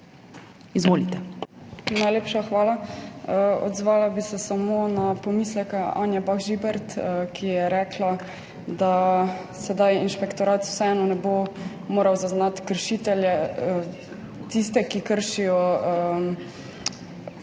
Svoboda):** Najlepša hvala. Odzvala bi se samo na pomisleke Anje Bah Žibert, ki je rekla, da sedaj inšpektorat vseeno ne bo mogel zaznati kršiteljev, tistih, ki kršijo evidence